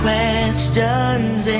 questions